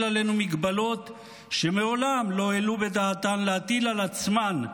עלינו הגבלות שמעולם לא העלו בדעתן להטיל על עצמן,